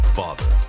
father